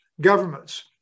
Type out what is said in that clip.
governments